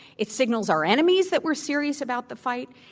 it signals our enemies that we're serious about the fight.